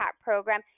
program